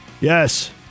Yes